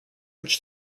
which